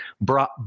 brought